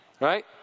right